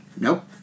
Nope